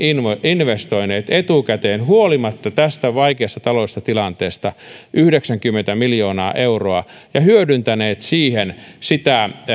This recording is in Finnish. investoineet etukäteen huolimatta tästä vaikeasta taloudellisesta tilanteesta yhdeksänkymmentä miljoonaa euroa ja hyödyntäneet siihen sitä